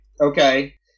okay